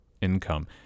income